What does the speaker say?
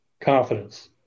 Confidence